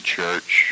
Church